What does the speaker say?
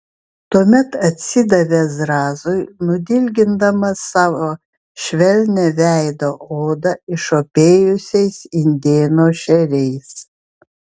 tuomet atsidavė zrazui nudilgindamas savo švelnią veido odą išopėjusiais indėno šeriais